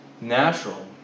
natural